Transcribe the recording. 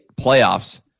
playoffs